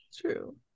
true